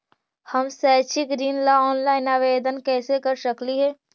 हम शैक्षिक ऋण ला ऑनलाइन आवेदन कैसे कर सकली हे?